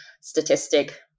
statistic